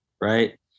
right